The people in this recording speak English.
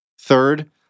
Third